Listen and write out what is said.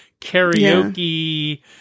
karaoke